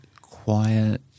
quiet